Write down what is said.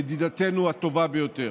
ידידתנו הטובה ביותר.